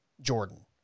Jordan